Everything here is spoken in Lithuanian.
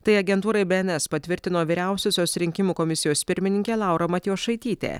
tai agentūrai bns patvirtino vyriausiosios rinkimų komisijos pirmininkė laura matijošaitytė